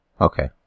Okay